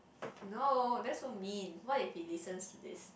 no that so mean why if he listen to this